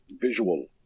visual